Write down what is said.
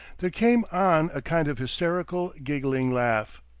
there came on a kind of hysterical, giggling laugh.